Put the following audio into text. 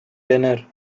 dinner